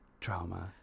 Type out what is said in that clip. trauma